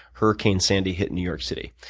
hurricane sandy hit new york city.